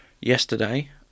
yesterday